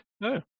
No